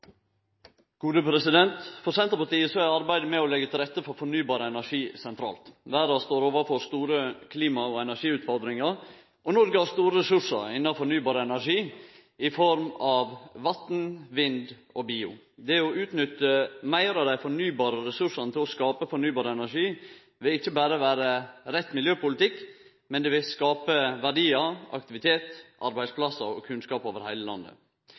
arbeidet med å leggje til rette for fornybar energi sentralt. Verda står overfor store klima- og energiutfordringar, og Noreg har store ressursar innan fornybar energi i form av vatn, vind og bio. Det å utnytte meir av dei fornybare ressursane til å skape fornybar energi vil ikkje berre vere rett miljøpolitikk. Det vil også skape verdiar, aktivitet, arbeidsplassar og kunnskap over heile landet.